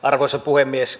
arvoisa puhemies